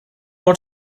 more